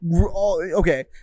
Okay